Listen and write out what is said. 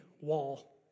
Wall